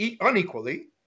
unequally